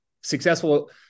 successful